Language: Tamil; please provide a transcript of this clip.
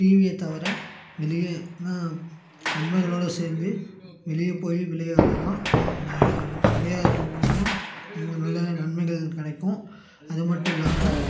டிவியை தவிர வெளியனா நண்பர்களோட சேர்ந்து வெளியே போய் விளையாடலாம் அந்த விளையாடுவதன் மூலியமாக நமக்கு நல்ல நன்மைகள் கிடைக்கும் அது மட்டும் இல்லாமல்